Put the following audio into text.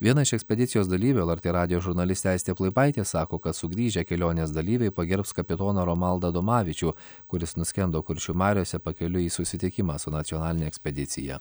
viena iš ekspedicijos dalyvių lrt radijo žurnalistė aistė plaipaitė sako kad sugrįžę kelionės dalyviai pagerbs kapitoną romaldą adomavičių kuris nuskendo kuršių mariose pakeliui į susitikimą su nacionaline ekspedicija